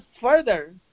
further